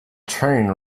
train